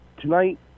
tonight